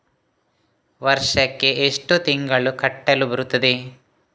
ವರ್ಷಕ್ಕೆ ಎಷ್ಟು ತಿಂಗಳು ಕಟ್ಟಲು ಬರುತ್ತದೆ?